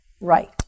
Right